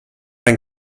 ein